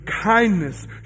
kindness